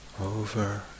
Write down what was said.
over